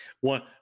One